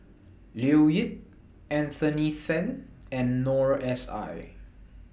Leo Yip Anthony Then and Noor S I